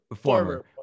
former